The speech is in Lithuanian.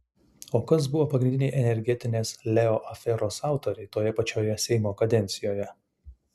o kas buvo pagrindiniai energetinės leo aferos autoriai toje pačioje seimo kadencijoje